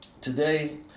today